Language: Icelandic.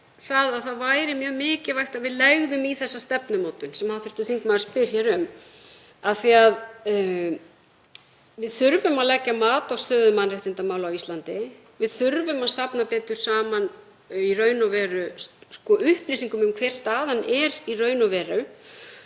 það væri mjög mikilvægt að við legðum í þá stefnumótun sem hv. þingmaður spyr hér um af því að við þurfum að leggja mat á stöðu mannréttindamála á Íslandi. Við þurfum að safna betur saman upplýsingum um hver staðan er í raun og veru.